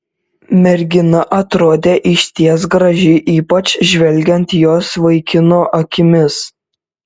mergina atrodė išties graži ypač žvelgiant jos vaikino akimis